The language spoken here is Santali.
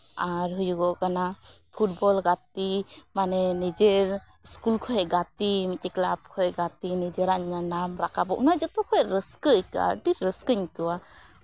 ᱟᱨ ᱦᱩᱭᱩᱜᱚᱜ ᱠᱟᱱᱟ ᱯᱷᱩᱴᱵᱚᱞ ᱜᱟᱛᱮ ᱢᱟᱱᱮ ᱱᱤᱡᱮᱨ ᱤᱥᱠᱩᱞ ᱠᱷᱚᱱ ᱜᱟᱛᱮ ᱢᱤᱫᱴᱮᱱ ᱠᱞᱟᱵᱽ ᱠᱷᱚᱱ ᱜᱟᱛᱮ ᱱᱤᱡᱮᱨᱟᱜ ᱧᱟᱢ ᱨᱟᱠᱟᱵᱚᱜ ᱚᱱᱟ ᱡᱚᱛᱚᱠᱷᱚᱱ ᱨᱟᱹᱥᱠᱟᱹ ᱟᱹᱭᱠᱟᱹᱜᱼᱟ ᱟᱹᱰᱤ ᱨᱟᱹᱥᱠᱟᱹᱧ ᱟᱹᱭᱠᱟᱹᱣᱟ